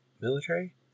Military